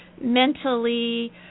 mentally